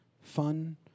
fun